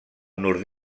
nord